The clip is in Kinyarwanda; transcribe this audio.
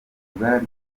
ibara